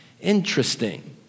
Interesting